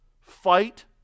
Fight